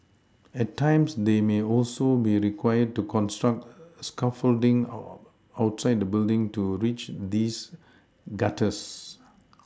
at times they may also be required to construct scaffolding outside the building to reach these gutters